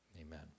amen